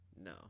no